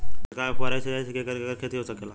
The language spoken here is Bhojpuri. छिड़काव या फुहारा सिंचाई से केकर केकर खेती हो सकेला?